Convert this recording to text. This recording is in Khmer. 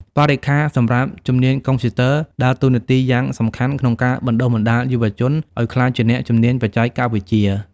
បរិក្ខារសម្រាប់ជំនាញកុំព្យូទ័រដើរតួនាទីយ៉ាងសំខាន់ក្នុងការបណ្តុះបណ្តាលយុវជនឱ្យក្លាយជាអ្នកជំនាញបច្ចេកវិទ្យា។